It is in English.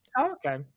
Okay